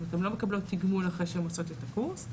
הן לא מקבלות תגמול אחרי שהן עושות את הקורס.